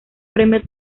premio